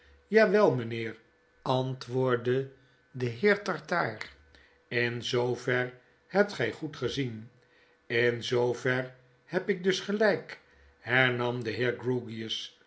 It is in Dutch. jawel mgnheer antwoordde de heer tartaar in zoover hebt gg goed gezien ln zoover heb ik dus gelgk hernam de